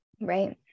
right